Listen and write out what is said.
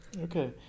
Okay